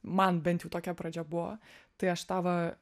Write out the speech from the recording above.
man bent jau tokia pradžia buvo tai aš tą va